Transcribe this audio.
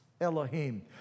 Elohim